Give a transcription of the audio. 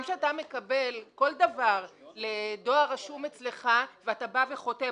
גם כשאתה מקבל כל דבר בדואר רשום אצלך ואתה בא וחותם,